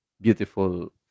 beautiful